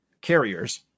carriers